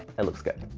it looks good.